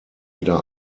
wieder